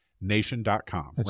nation.com